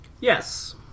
Yes